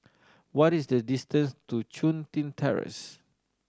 what is the distance to Chun Tin Terrace